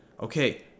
Okay